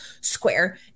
square